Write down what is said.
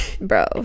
bro